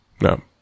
No